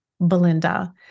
belinda